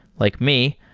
like me,